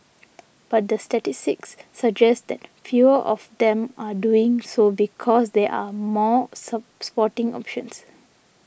but the statistics suggest that fewer of them are doing so because they are more sporting options